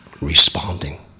responding